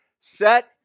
set